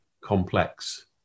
complex